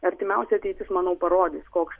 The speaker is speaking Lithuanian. artimiausia ateitis manau parodys koks